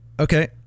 Okay